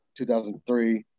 2003